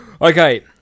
Okay